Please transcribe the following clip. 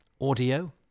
audio